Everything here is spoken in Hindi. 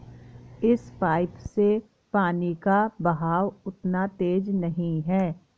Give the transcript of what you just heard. इस पाइप से पानी का बहाव उतना तेज नही है